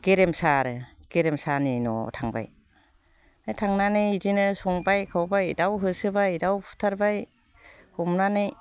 गेरेमसा आरो गेरेमसानि न'आव थांबाय ओमफ्राय थांनानै बिदिनो संबाय खावबाय दाउ होसोबाय दाउ फुथारबाय हमनानै